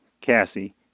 Cassie